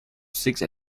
sixth